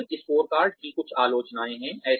संतुलित स्कोरकार्ड की कुछ आलोचनाएँ हैं